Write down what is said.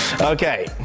Okay